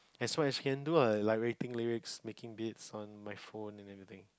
that's what you can do lah like making lyrics making vids like on my phone and everything